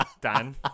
Dan